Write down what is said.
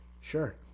Sure